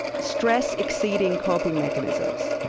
stress exceeding coping mechanisms.